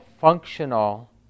functional